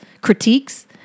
critiques